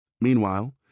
Meanwhile